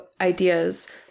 ideas